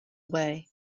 away